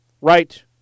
right